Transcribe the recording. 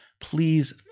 please